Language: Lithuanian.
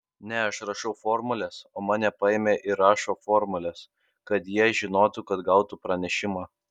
ne aš rašau formules o mane paėmė ir rašo formules kad jie žinotų kad gautų pranešimą